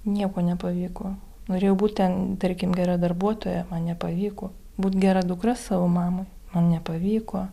nieko nepavyko norėjau būt ten tarkim gera darbuotoja man nepavyko būt gera dukra savo mamai man nepavyko